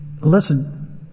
listen